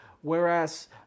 Whereas